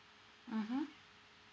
mmhmm